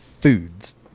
Foods